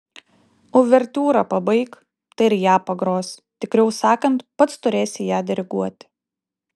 uvertiūrą pabaik tai ir ją pagros tikriau sakant pats turėsi ją diriguoti